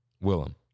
Willem